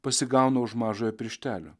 pasigauna už mažojo pirštelio